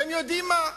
אתם יודעים מה?